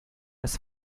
des